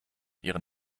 ihren